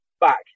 back